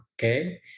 okay